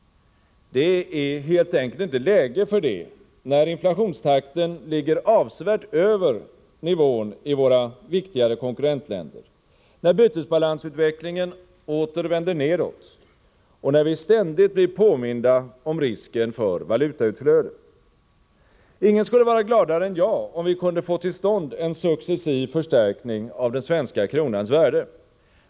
Det är helt enkelt inte läge för det, när inflationstakten ligger avsevärt över nivån i våra viktigare konkurrentländer, när bytesbalansutvecklingen åter vänder nedåt och när vi ständigt blir påminda om risken för valutautflöde. Ingen skulle vara gladare än jag, om vi kunde få till stånd en successiv förstärkning av den svenska kronans värde.